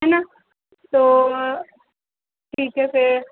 हैं ना तो ठीक है फिर